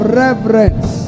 reverence